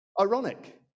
Ironic